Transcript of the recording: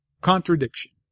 contradiction